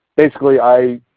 basically i